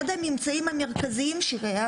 אחד הממצאים המרכזיים שלנו,